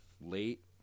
late